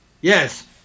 Yes